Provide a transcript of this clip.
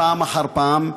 פעם אחר פעם,